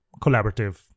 collaborative